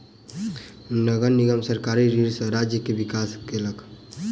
नगर निगम सरकारी ऋण सॅ राज्य के विकास केलक